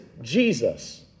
Jesus